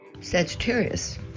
Sagittarius